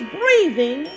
breathing